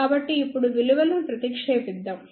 కాబట్టి ఇప్పుడు విలువలను ప్రతిక్షేపిద్దాం